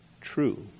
true